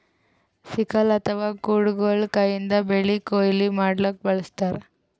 sickle ಅಥವಾ ಕುಡಗೊಲ್ ಕೈಯಿಂದ್ ಬೆಳಿ ಕೊಯ್ಲಿ ಮಾಡ್ಲಕ್ಕ್ ಬಳಸ್ತಾರ್